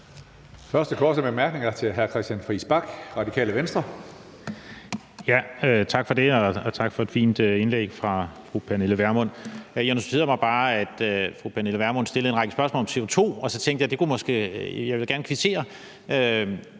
første korte bemærkning er til hr. Christian Friis Bach, Radikale Venstre.